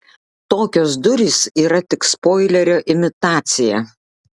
tokios durys yra tik spoilerio imitacija